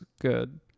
good